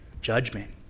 judgment